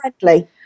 friendly